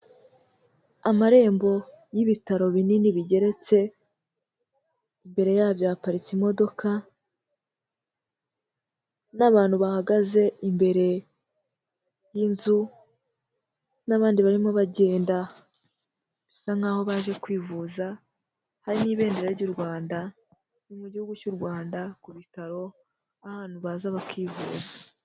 Amarembo y'ibitaro binini bigeretse, imbere yabyo haparitse imodoka n'abantu bahagaze imbere y'inzu n'abandi barimo bagenda bisa nkaho baje kwivuza, hari n'ibendera ry'u Rwanda, ni mu gihugu cy'u Rwanda ku bitaro, aho abantu baza bakivuza.